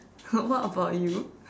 so what about you